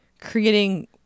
creating